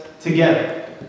together